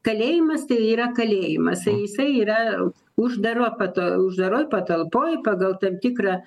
kalėjimas tai yra kalėjimas tai jisai yra uždaro pata uždaroj patalpoj pagal tam tikrą